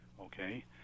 Okay